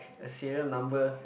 a serial number